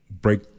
break